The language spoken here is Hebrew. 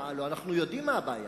הלוא אנחנו יודעים מה הבעיה,